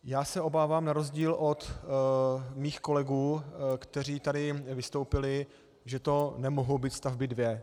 Já se obávám na rozdíl od svých kolegů, kteří tady vystoupili, že to nemohou být stavby dvě.